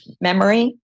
memory